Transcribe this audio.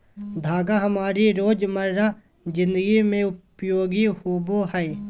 धागा हमारी रोजमर्रा जिंदगी में उपयोगी होबो हइ